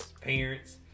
parents